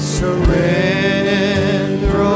surrender